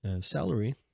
salary